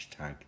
hashtag